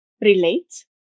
relate